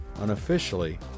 unofficially